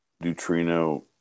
neutrino